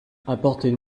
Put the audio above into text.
apportez